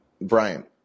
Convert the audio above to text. Brian